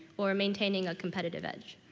or maintaining a competitive edge?